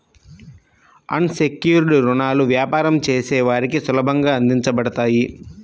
అన్ secured రుణాలు వ్యాపారం చేసే వారికి సులభంగా అందించబడతాయి